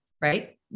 right